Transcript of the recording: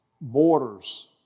borders